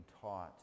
taught